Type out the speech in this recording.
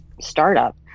startup